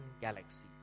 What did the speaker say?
galaxies